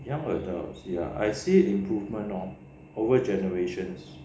young adults ya I see improvement lor over generations